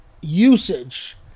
usage